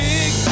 Big